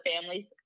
families